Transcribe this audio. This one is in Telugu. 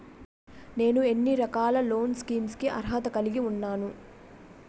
నేను ఎన్ని రకాల లోన్ స్కీమ్స్ కి అర్హత కలిగి ఉన్నాను?